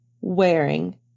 Wearing